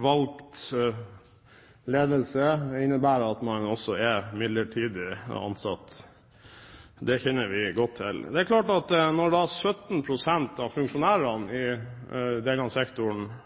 valgt ledelse også innebærer at man er midlertidig ansatt. Det kjenner vi godt til. Det er klart at når 17 pst. av funksjonærene i denne sektoren